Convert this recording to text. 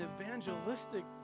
evangelistic